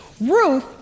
Ruth